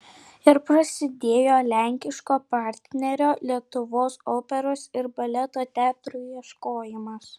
ir prasidėjo lenkiško partnerio lietuvos operos ir baleto teatrui ieškojimas